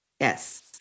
Yes